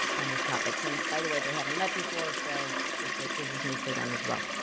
on these topics. and by the way, they haven't met before so this ah this is new for them as well.